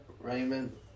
Raymond